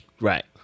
Right